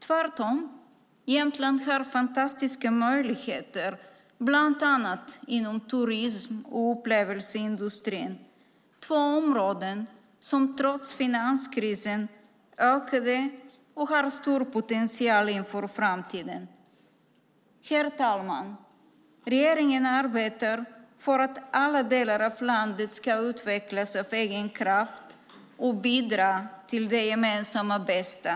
Tvärtom har Jämtland fantastiska möjligheter, bland annat inom turist och upplevelseindustrin - två områden som trots finanskrisen ökade och har stor potential inför framtiden. Herr talman! Regeringen arbetar för att alla delar av landet ska utvecklas av egen kraft och bidra till det gemensamma bästa.